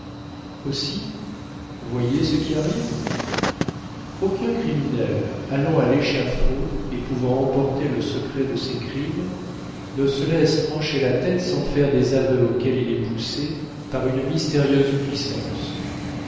aussi voyez ce qui arrive aucun criminel allant à l'échafaud et pouvant emporter le secret de ses crimes ne se laisse trancher la tête sans faire des aveux auxquels il est poussé par une mystérieuse puissance